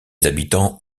habitants